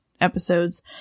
episodes